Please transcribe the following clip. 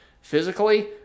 physically